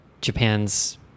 Japan's